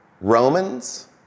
Romans